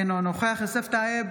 אינו נוכח יוסף טייב,